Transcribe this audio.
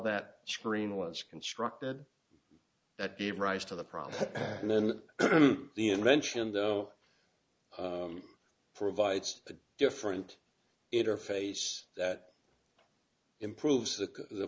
that screen was constructed that gave rise to the problem and then the invention though provides a different interface that improves the